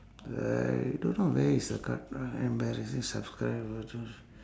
uh I don't know where is the card uh embarrassing